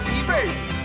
space